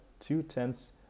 two-tenths